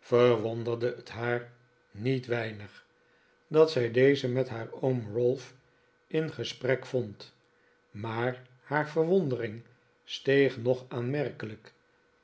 verwonderde het haar niet weinig dat zij deze met haar oom ralph in gesprek vond maar haar verwondering steeg nog aanmerkelijk